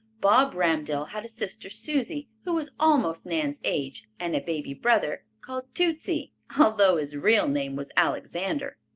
bob ramdell had a sister susie, who was almost nan's age, and a baby brother called tootsie, although his real name was alexander.